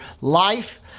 life